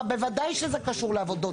בוודאי שזה קשור לעבודות.